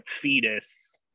fetus